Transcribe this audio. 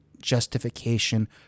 justification